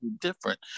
different